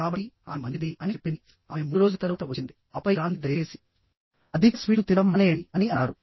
కాబట్టి ఆమె మంచిది అని చెప్పింది ఆమె 3 రోజుల తరువాత వచ్చింది ఆపై గాంధీ దయచేసి అధిక స్వీట్లు తినడం మానేయండి అని అన్నారు